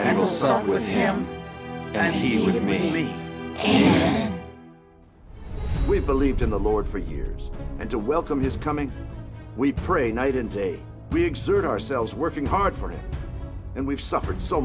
assault with him and he hit me and we believed in the lord for years and to welcome his coming we pray night and day we exert ourselves working hard for it and we've suffered so